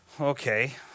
Okay